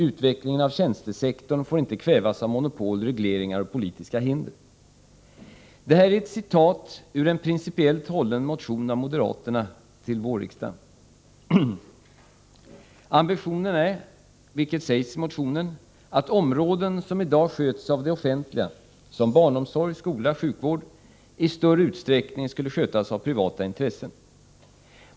Utvecklingen av tjänstesektorn får inte kvävas av monopol, regleringar och politiska hinder.” Detta är ett citat ur en principiellt hållen motion av moderaterna till vårriksdagen. Ambitionen är — vilket sägs senare i motionen — att områden som i dag sköts av det offentliga — som barnomsorg, skola och sjukvård — i större utsträckning skulle skötas av privata intressen.